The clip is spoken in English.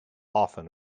often